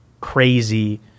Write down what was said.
crazy